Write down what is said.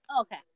Okay